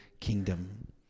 kingdom